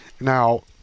now